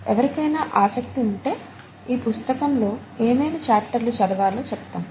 ఎవరికైనా ఆసక్తి ఉంటే ఈ పుస్తకంలో ఏమేమి చాఫ్టర్లు చదవాలో చెప్తాం